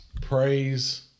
praise